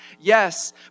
yes